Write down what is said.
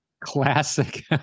Classic